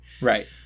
Right